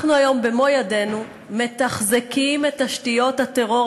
אנחנו היום במו ידינו מתחזקים את תשתיות הטרור